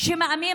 שמאמין